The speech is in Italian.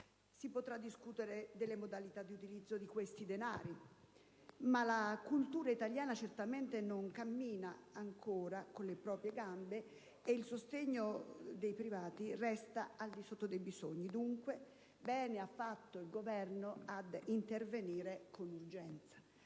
Si potrà discutere delle modalità di utilizzo di questi denari, ma la cultura italiana certamente non cammina ancora con le proprie gambe e il sostegno dei privati resta al di sotto dei bisogni. Dunque, bene ha fatto il Governo ad intervenire con urgenza.